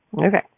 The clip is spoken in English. Okay